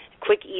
quick